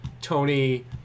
Tony